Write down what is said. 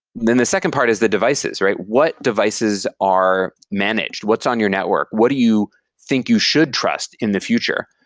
then the second part is the devices. what devices are managed? what's on your network? what do you think you should trust in the future?